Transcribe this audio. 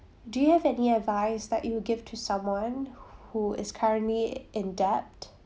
do you have any advice that you would give to someone who is currently in debt